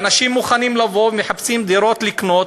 אנשים מוכנים לבוא, מחפשים דירות לקנות,